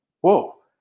whoa